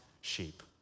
sheep